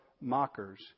mockers